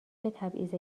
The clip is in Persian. تبعیض